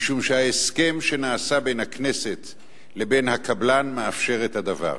משום שההסכם שנעשה בין הכנסת ובין הקבלן מאפשר את הדבר.